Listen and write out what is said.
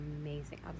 amazing